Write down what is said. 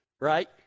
right